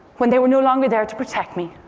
when they were no longer there to protect me,